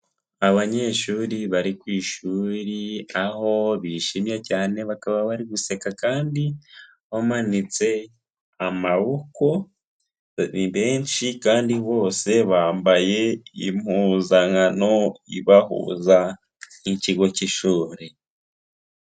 Abanyeshuri bari ku ishuri aho bishimye cyane bakaba bari guseka kandi bamanitse amaboko, ni benshi kandi bose bambaye impuzankano ibahuza y'ikigo k'ishuri.